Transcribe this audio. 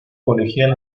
colegial